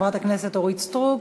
חברת הכנסת אורית סטרוק,